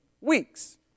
weeks